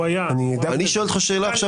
הוא היה --- אני שואל אותך שאלה עכשיו